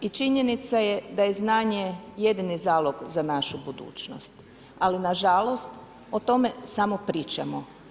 I činjenica je da je znanje jedini zalog za našu budućnost ali nažalost o tome samo pričamo.